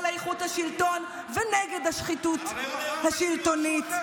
לאיכות השלטון ונגד השחיתות השלטונית.